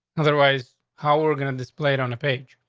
otherwise, how we're we're gonna displayed on the page.